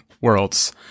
worlds